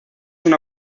una